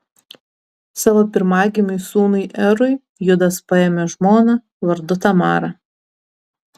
savo pirmagimiui sūnui erui judas paėmė žmoną vardu tamara